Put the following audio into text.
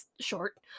short